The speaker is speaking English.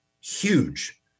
huge